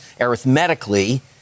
arithmetically